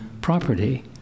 property